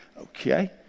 okay